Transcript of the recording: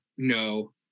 No